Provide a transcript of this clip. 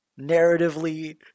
narratively